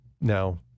Now